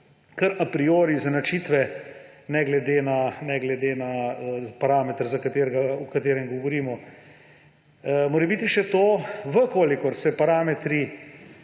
kar a priori izenačitve, ne glede na parameter, o katerem govorimo. Morebiti še to, če se parametri